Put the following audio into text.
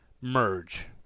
merge